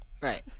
Right